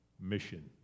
Mission